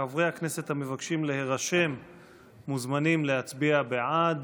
חברי הכנסת המבקשים להירשם מוזמנים להצביע בעד.